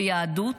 ויהדות,